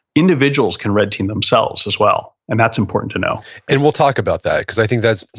individuals can red team themselves as well. and that's important to know and we'll talk about that, because i think that's,